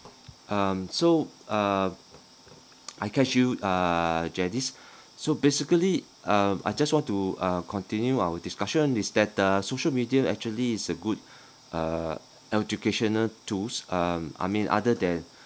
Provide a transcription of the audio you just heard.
um so uh I catch you uh janice so basically um I just want to uh continue our discussion is that the social media actually is a good uh educational tools um I mean other than